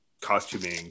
costuming